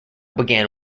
began